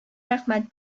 рәхмәт